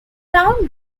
town